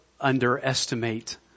underestimate